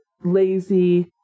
lazy